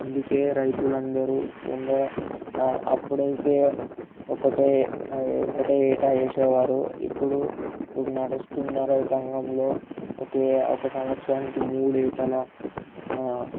అందుకే రైతులు అందరూ తొందర అప్పుడైతే ఒకటే ఒకటే వేట వేసేవారు ఇప్పుడు నడుస్తున్న రైతాంగంలో ఒకే ఒక సంవత్సరానికి మూడు వేటల